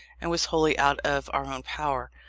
and was wholly out of our own power.